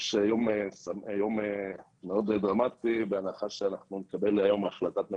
היום מאוד דרמטי בהנחה שנקבל היום החלטת ממשלה,